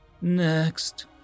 Next